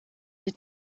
your